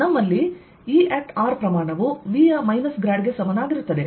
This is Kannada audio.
ನಮ್ಮಲ್ಲಿ E ಪ್ರಮಾಣವು V ಯ ಮೈನಸ್ಗ್ರಾಡ್ ಗೆ ಸಮನಾಗಿರುತ್ತದೆ